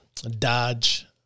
dodge